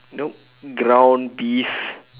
nope ground beef